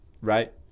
Right